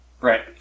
Right